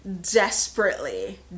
desperately